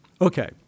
Okay